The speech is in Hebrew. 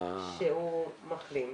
שהוא מחלים.